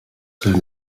sein